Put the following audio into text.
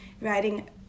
writing